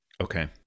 Okay